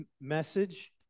message